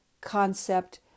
concept